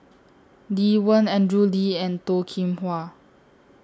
Lee Wen Andrew Lee and Toh Kim Hwa